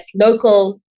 local